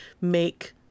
make